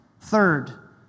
Third